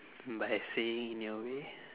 by saying in your way